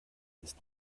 ist